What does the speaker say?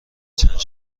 چند